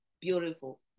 beautiful